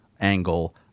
angle